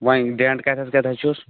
وۅنۍ ڈیٛنٹ کتیٚتھ کتیٚتھ چھُس